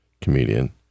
comedian